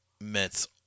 Mets